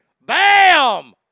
Bam